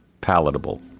palatable